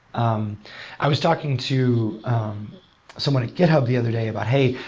um i was talking to someone at github the other day about, hey,